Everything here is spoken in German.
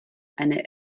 eine